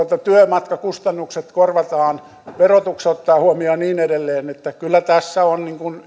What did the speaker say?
työmatkakustannukset korvataan verotus ottaa huomioon ja niin edelleen että kyllä tässä on